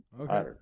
okay